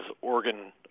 organ